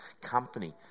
company